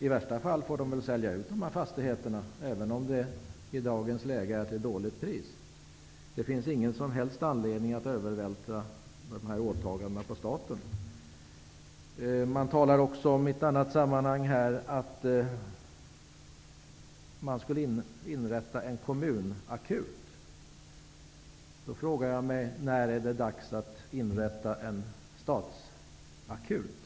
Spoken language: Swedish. I värsta fall får de väl sälja ut dessa fastigheter, även om det i dagens läge blir till ett dåligt pris. Det finns ingen som helst anledning att övervältra dessa åtaganden på staten. I ett annat sammanhang talas det om att inrätta en ''kommunakut''. Då frågar jag mig när det är dags att inrätta en ''statsakut''.